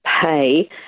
Pay